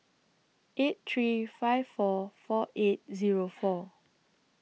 eight three five four four eight Zero four